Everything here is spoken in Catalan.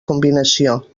combinació